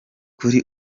kuri